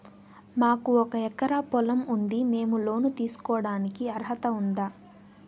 మాకు ఒక ఎకరా పొలం ఉంది మేము లోను తీసుకోడానికి అర్హత ఉందా